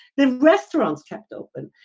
the restaurants kept open.